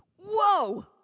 Whoa